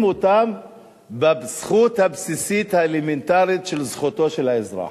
אותם בזכות הבסיסית האלמנטרית של האזרח.